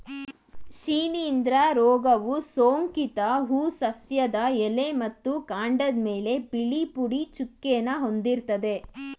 ಶಿಲೀಂಧ್ರ ರೋಗವು ಸೋಂಕಿತ ಹೂ ಸಸ್ಯದ ಎಲೆ ಮತ್ತು ಕಾಂಡದ್ಮೇಲೆ ಬಿಳಿ ಪುಡಿ ಚುಕ್ಕೆನ ಹೊಂದಿರ್ತದೆ